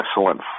excellent